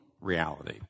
reality